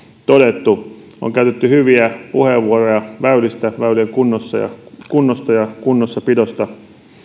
todettu on käytetty hyviä puheenvuoroja väylistä väylien kunnosta ja kunnossapidosta